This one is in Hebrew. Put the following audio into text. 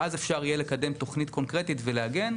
ואז יהיה אפשר לקדם תוכנית קונקרטית ולהגן.